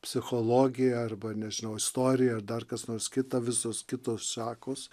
psichologija arba nežinau istorija ar dar kas nors kitą visos kitos šakos